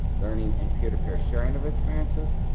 learning, and peer to peer sharing of experiences.